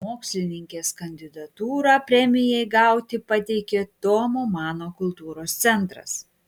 mokslininkės kandidatūrą premijai gauti pateikė tomo mano kultūros centras